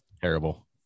terrible